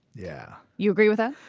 yeah. you agree with that?